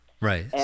Right